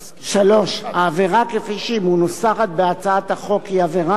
3. העבירה כפי שהיא מנוסחת בהצעת החוק היא עבירה